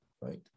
right